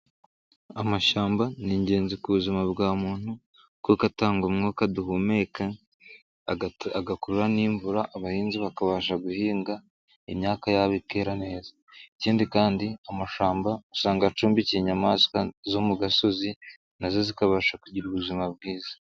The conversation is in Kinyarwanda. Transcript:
Amashyamba ni ingenzi ku buzima bwa muntu, kuko atanga umwuka duhumeka agakurura n'imvura abahinzi bakabasha guhinga imyaka yabo ikera neza. Ikindi kandi amashyamba usanga acumbikiye inyamaswa zo mu gasozi nazo zikabasha kugira ubuzima bwiza.